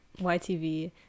YTV